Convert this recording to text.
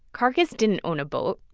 carcass didn't own a boat.